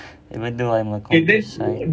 even though I am a computer science